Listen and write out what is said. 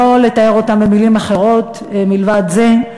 לא לתאר אותם במילים אחרות מלבד זה,